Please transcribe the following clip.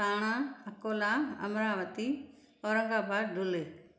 Thane Akola Amravati Aurangabad Dhule